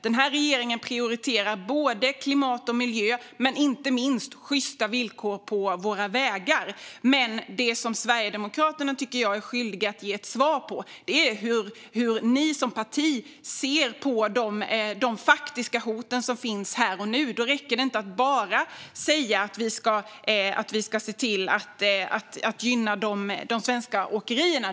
Den här regeringen prioriterar klimat och miljö och inte minst sjysta villkor på våra vägar. Det som Sverigedemokraterna är skyldiga att ge ett svar på är hur ni som parti ser på de faktiska hoten här och nu. Då räcker det inte att bara säga att man ska gynna de svenska åkerierna.